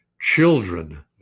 children